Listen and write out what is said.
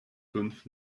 fünf